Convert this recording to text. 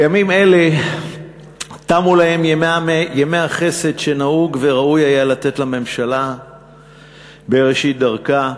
בימים אלה תמו להם ימי החסד שנהוג וראוי היה לתת לממשלה בראשית דרכה.